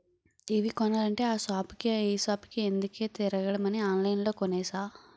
TV కొనాలంటే ఆ సాపుకి ఈ సాపుకి ఎందుకే తిరగడమని ఆన్లైన్లో కొనేసా